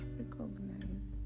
recognize